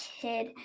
kid